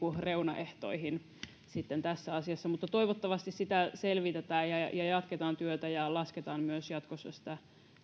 reunaehtoihin tässä asiassa mutta toivottavasti sitä selvitetään ja ja jatketaan työtä ja lasketaan myös jatkossa sitä